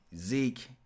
Zeke